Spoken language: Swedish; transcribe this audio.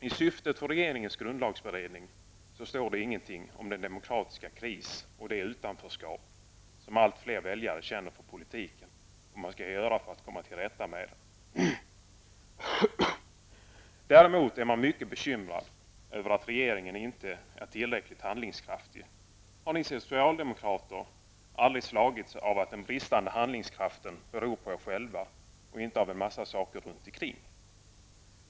I syftet för regeringens grundlagsberedning står inget om den demokratiska krisen, det utanförskap som allt fler väljare känner för politiken och vad man skall göra för att komma till rätta med krisen. Däremot är man mycket bekymrad över att regeringen inte är tillräckligt handlingskraftig. Har ni socialdemokrater aldrig slagits av att den bristande handlingskraften beror på er själva och inte på andra saker runt omkring?